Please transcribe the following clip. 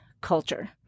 culture